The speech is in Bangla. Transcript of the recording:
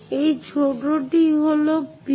এই ছোটটি হল পি